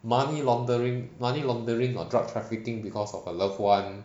money laundering money laundering or drug trafficking because of a loved one